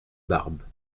barbe